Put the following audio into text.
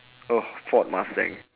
oh ford mustang